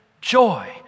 joy